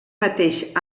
mateix